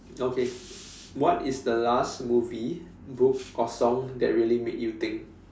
okay what is the last movie book or song that really made you think